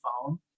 phone